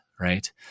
right